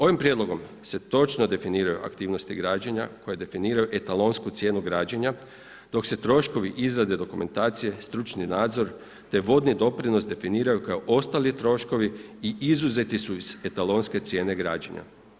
Ovim prijedlogom se točno definiraju aktivnosti građenja koji definiraju etalonsku cijenu građenja dok se troškovi izrade dokumentacije, stručni nadzor te vodni doprinos definiraju kao ostali troškovi i izuzeti su iz etalonske cijene građena.